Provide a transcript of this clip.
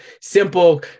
simple